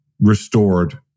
restored